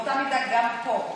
באותה מידה גם פה.